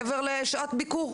מעבר לשעת ביקור.